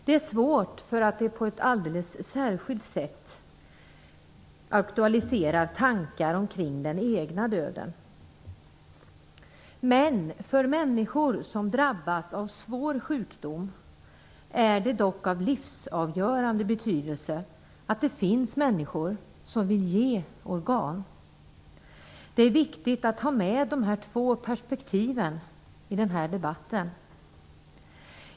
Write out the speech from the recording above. De är svåra därför att de på ett alldeles särskilt sätt aktualiserar tankar omkring den egna döden. För människor som drabbas av svår sjukdom är det dock av livsavgörande betydelse att det finns människor som vill ge organ. Det är viktigt att ha med dessa perspektiv i debatten.